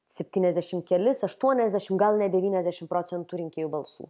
septyniasdešimt kelis aštuoniasdešimt gal net devyniasdešimt procentų rinkėjų balsų